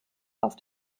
auf